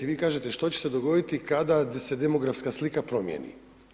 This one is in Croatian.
Vi kažete što će se dogoditi kada se demografska slika promijeni.